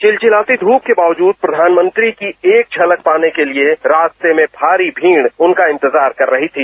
विलचिलाती ध्रप के बावजूद प्रधानमंत्री की एक झलक पाने के लिए रास्ते में भारी भीड़ उनका इंतजार कर रही थी